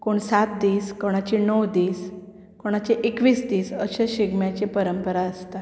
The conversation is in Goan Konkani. कोण सात दीस कोणाचे णव दीस कोणाचे एकवीस दीस अशे शिगम्याची परंपरा आसता